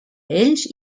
ells